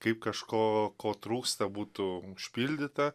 kaip kažko ko trūksta būtų užpildyta